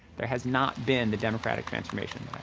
there has not been the democratic transformation